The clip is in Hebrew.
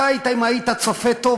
אם היית צופה טוב,